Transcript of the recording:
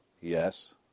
Yes